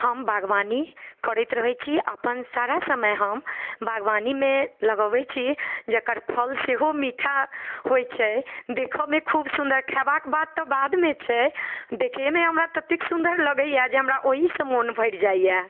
हम बागवानी करैत रहै छी अपन सारा समय हम बागवानीमे लगबै छी जकर फल सेहो मीठा होइ छै देखऽमे खूब सुन्दर खेबाक बात तऽ बादमे छै देखहेमे हमरा तत्ते सुन्दर लगैए जे हमरा ओहिसँ मोन भरि जाइए